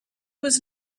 was